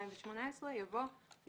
העברת הפעילות מחברת קצ"א א' לגורם המפעיל